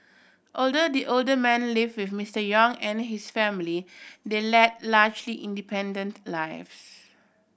although the older man live with Mister Yong and his family they led largely independent lives